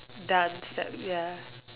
dance step ya